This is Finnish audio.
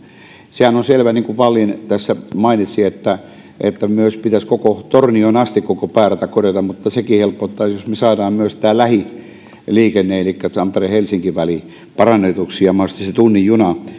sehän on selvä niin kuin wallin tässä mainitsi että että pitäisi tornioon asti koko päärata korjata mutta sekin helpottaa jos me saamme myös tämän lähiliikenteen elikkä tampere helsinki välin parannetuksi ja mahdollisesti sen tunnin junan